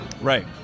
Right